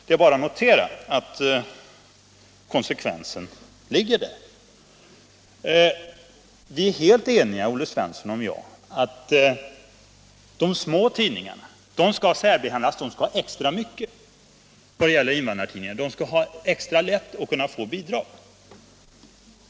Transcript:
Det är bara att notera att det är konsekvensen. Olle Svensson och jag är helt eniga om att de små tidningarna skall särbehandlas och att de små invandrartidningarna skall ha extra mycket, De skall ha extra lätt att kunna få bidrag.